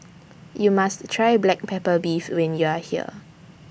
YOU must Try Black Pepper Beef when YOU Are here